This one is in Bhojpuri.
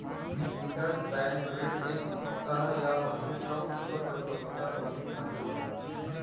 इंटरबैंक ऋण एक सप्ताह या ओसे कम क परिपक्वता अवधि खातिर होला